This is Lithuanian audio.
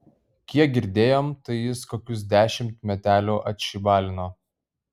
kiek girdėjom tai jis kokius dešimt metelių atšybalino